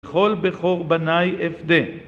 כל בחור בני אבדה